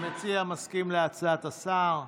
המציע מסכים להצעת השר.